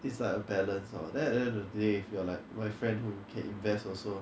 it's like a balance lor then at the end of the day if you're like my friend who can invest also